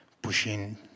pushing